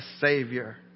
Savior